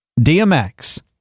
DMX